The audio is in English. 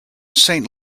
saint